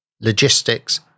logistics